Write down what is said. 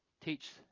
teach